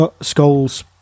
skulls